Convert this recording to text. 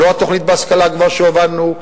לא התוכנית בהשכלה הגבוהה שהובלנו,